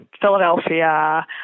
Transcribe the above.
Philadelphia